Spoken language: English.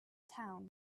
town